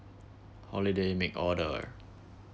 holiday make order